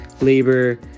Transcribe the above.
labor